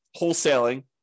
wholesaling